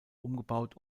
umgebaut